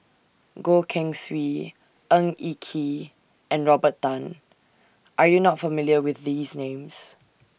Goh Keng Swee Ng Eng Kee and Robert Tan Are YOU not familiar with These Names